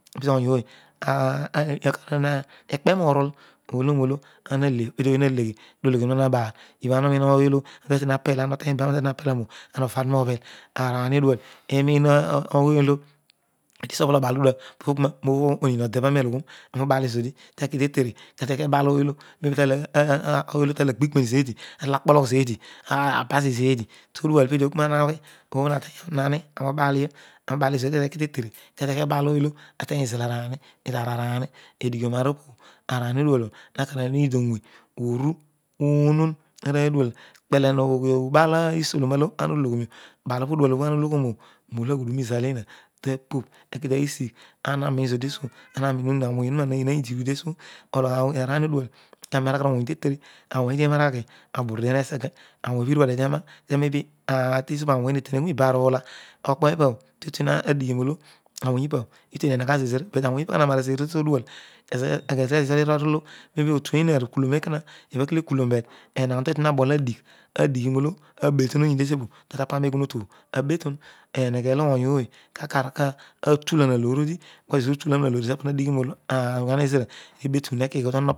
Pezo ooy ikpe norooy ibh ana uroni ooy olo omatu tueni apal a- a utuchy ibam olo ana tatuchi ajelom obio ana ova dio nobel arani odual inin awony olo inin awoony olo ana ughol abaal olo odual poghool obha onin lo debho aami aloghon nami ubal nio eodi teki ebal ooy olo tatolagbikine ni zeedi abasa zeedi to dual odi oghol na ana teng onon ani inanai ubadio tekitetare kete ki ebal ooy olo tatol agbiki mein zeedi atol akpologh zeedi abal zeedi to dual poghool ana teny onon ani kpele noghi obal isoloma olo ana ologho nio ba olo dual obho analoghoia obho neba otueha ikulom ekena ebha kele eko ekuloso na but enaan tatu aboi adigh nolo abetan onyo ooy teso pobho ono ta bam eghui otuobho abeton. Eneyho olo ooy ooy kakar ka tulom aloor obure todi kezira utuha dio nawor aarsuyan ezira ibe tume nekighol